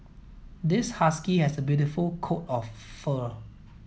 this husky has a beautiful coat of fur